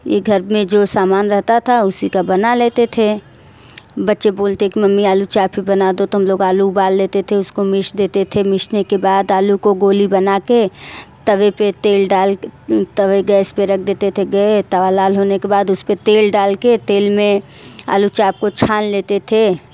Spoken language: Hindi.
ये घर में जो सामान रहता था उसी का बना लेते थे बच्चे बोलते कि मम्मी आलू चाट भी बना दो तो हम लोग आलू उबाल लेते थे उसको मीस देते थे मीसने के बाद आलू के गोली बना के तवे पर तेल डाल के तवे गैस पर रख देते थे तवा लाल होने बाद उस पर तेल डाल के तेल में आलू चाट को छान लेते थे